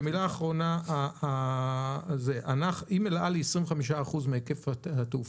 ומילה אחרונה: אם אל על היא 25% מהיקף התעופה,